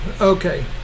Okay